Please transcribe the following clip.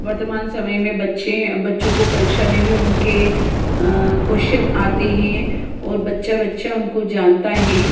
वर्तमान समय में बच्चे हैं बच्चों को परीक्षा में भी उनके कोशचन आते हैं और बच्चा बच्चा उनको जानता है